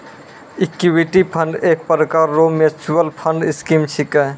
equity fund एक प्रकार रो मिच्युअल फंड स्कीम छिकै